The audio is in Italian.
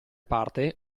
parte